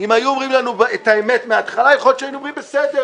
אם היו אומרים לנו את האמת מהתחלה יכול להיות שהיינו אומרים בסדר,